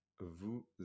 vous